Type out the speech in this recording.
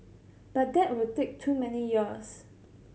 but that would take too many years